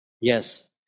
Yes